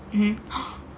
mm